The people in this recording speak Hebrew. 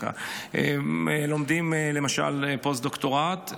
לומדים למשל לפוסט-דוקטורט,